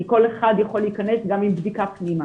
כי כל אחד יכול להיכנס גם עם בדיקה פנימה.